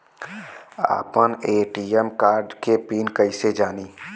आपन ATM card के PIN कईसे जानी?